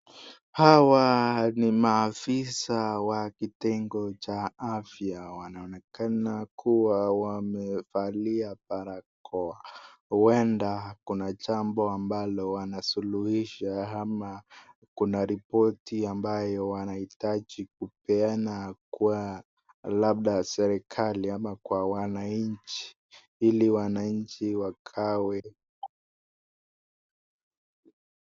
Hawa ni maafisa wa kitengo cha afya wanaonekana kuwa wamevalia barakoa huenda kuna jambo ambalo wanasuluhisha ama kuna ripoti ambayo wanahitaji kupeana kwa labda serekali ama kwa wananchi ili wananchi wagawe....